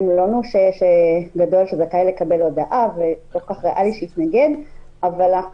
הם לא נושה גדול שזכאי לקבל הודעה ושזכאי להתנגד אבל אנחנו